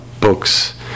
books